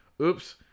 Oops